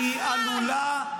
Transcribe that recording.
כי זה קרה במשמרת שלכם?